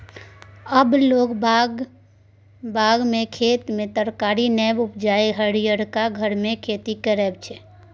आब लोग बाग खेत मे तरकारी नै उपजा हरियरका घर मे खेती करय छै